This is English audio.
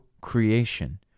creation